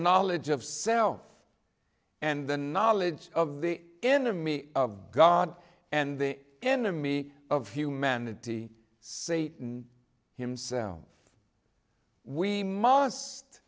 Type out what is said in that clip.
knowledge of self and the knowledge of the enemy of god and the enemy of humanity satan himself we must